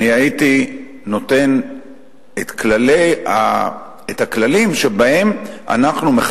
אני הייתי נותן את הכללים שבהם אנחנו,